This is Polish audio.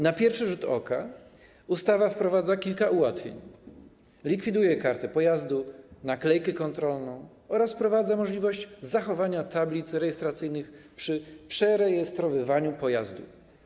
Na pierwszy rzut oka ustawa wprowadza kilka ułatwień: likwiduje kartę pojazdu, naklejkę kontrolną oraz wprowadza możliwość zachowania tablic rejestracyjnych przy przerejestrowywaniu pojazdu.